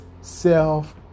self